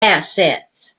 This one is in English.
assets